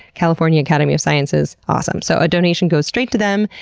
california academy of sciences awesome. so a donation goes straight to them,